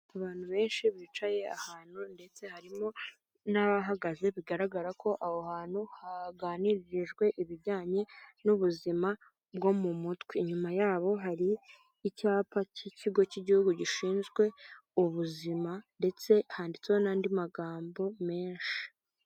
Abantu benshi bicaye ahantu ndetse harimo n'abahagaze bigaragara ko aho hantu haganirijwe ibijyanye n'ubuzima bwo mu mutwe. Inyuma yabo hari icyapa cy'ikigo cy'igihugu gishinzwe ubuzima, ndetse handitsweho n'andi magambo menshi.